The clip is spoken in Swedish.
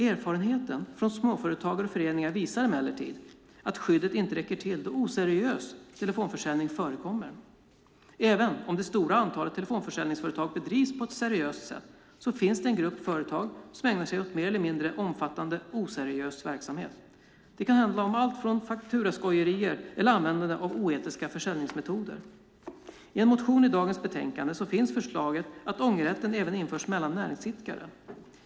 Erfarenheter från småföretagare och föreningar visar emellertid att skyddet inte räcker till då oseriös telefonförsäljning förekommer. Även om det stora flertalet telefonförsäljningsföretag bedrivs på ett seriöst sätt finns det en grupp företag som ägnar sig åt mer eller mindre omfattande oseriös verksamhet. Det kan handla om allt från fakturaskojerier till användande av oetiska försäljningsmetoder. I en motion i dagens betänkande finns förslaget att ångerrätten även införs mellan näringsidkare.